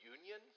union